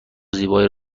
زیبایی